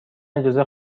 اجازه